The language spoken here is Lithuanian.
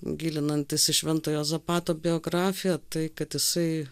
gilinantis į švento juozapato biografiją tai kad jisai